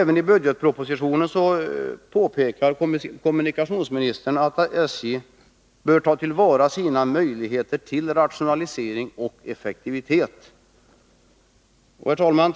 Även i budgetpropositionen påpekar kommunikationsministern att SJ bör ta till vara sina möjligheter till rationalisering och effektivitet. Herr talman!